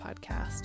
Podcast